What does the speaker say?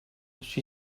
she